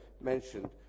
mentioned